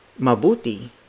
Mabuti